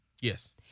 Yes